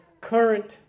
current